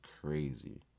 crazy